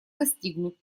достигнут